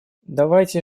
давайте